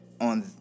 on